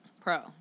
Pro